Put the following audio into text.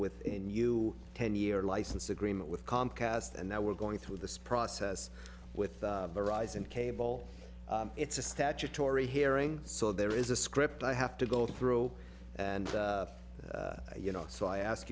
with a new ten year license agreement with comcast and now we're going through this process with the rise in cable it's a statutory hearing so there is a script i have to go through and you know so i ask